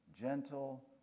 gentle